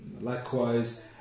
likewise